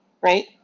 right